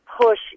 push